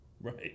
Right